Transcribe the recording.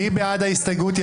מי בעד ההסתייגות?